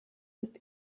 ist